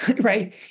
right